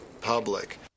public